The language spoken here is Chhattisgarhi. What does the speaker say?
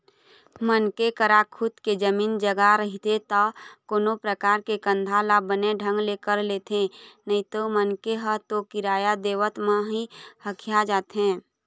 मनखे करा खुद के जमीन जघा रहिथे ता कोनो परकार के धंधा ल बने ढंग ले कर लेथे नइते मनखे ह तो किराया देवत म ही हकिया जाथे